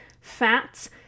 fats